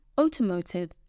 automotive